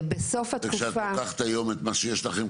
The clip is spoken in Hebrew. וכשאת לוקחת היום את מה שיש לכם,